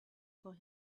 for